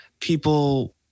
people